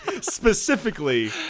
specifically